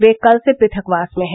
वे कल से पृथकवास में हैं